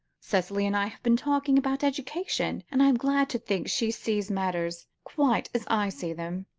cicely and i have been talking about education, and i am glad to think she sees matters quite as i see them.